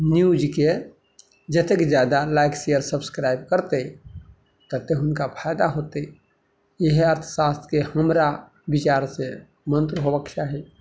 न्यूजके जतेक जादा लाइक्स या सब्स्क्राइब करतै तते हुनका फायदा होतै इहे अर्थशास्त्रके हमरा विचारसँ मन्त्र होबऽके चाही